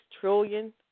trillion